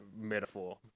metaphor